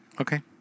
Okay